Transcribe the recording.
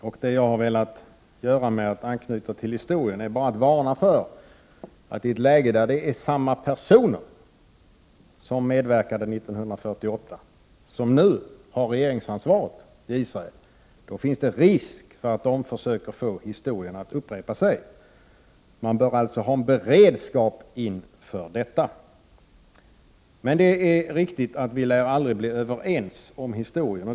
Vad jag har velat göra med att anknyta till historien är att varna för att det i ett läge där samma personer som medverkade 1948 nu har regeringsansvaret i Israel kan finnas risk för att de försöker få historien att upprepa sig. Man bör alltså ha en beredskap inför detta. Men det är riktigt att vi aldrig lär bli överens om historien.